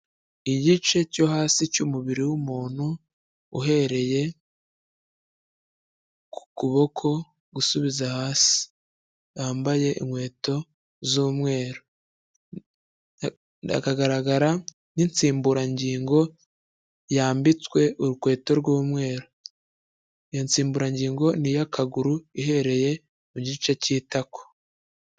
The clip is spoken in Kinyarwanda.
Igice cyo hasi cy'umubiri w'umuntu, uhereye ku kuboko usubiza hasi. Yambaye inkweto z'umweru. Hakagaragara n'insimburangingo yambitswe urukweto rw'umweru. Iyo nsimburangingo ni iy'akaguru uhereye mu gice cy'itako.